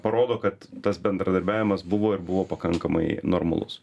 parodo kad tas bendradarbiavimas buvo ir buvo pakankamai normalus